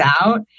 out